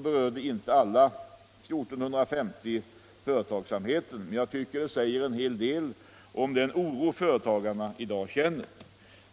berörde inte alla 1450 företagsamheten, men jag tycker det säger en hel del om den oro företagarna känner.